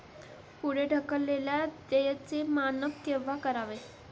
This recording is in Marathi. पुढे ढकललेल्या देयचे मानक केव्हा करावे?